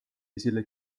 esile